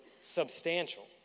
substantial